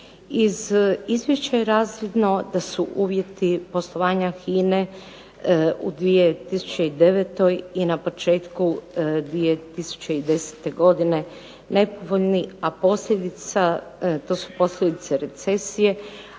Iz izvješća je razvidno da su uvjeti poslovanja HINA-e u 2009. i na početku 2010. godine nepovoljni, a posljedica, to su posljedice recesije,